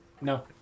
No